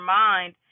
mind